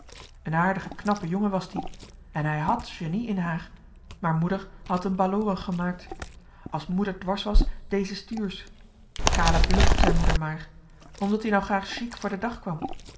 en aardige knappe jongen was t ie en hij hàd sjenie in haar maar moeder had um baloorig gemaakt a's moeder dwars was dee ze stuursch kale bluf zei moeder maar omdat ie nou graag sjiek voor de dag kwam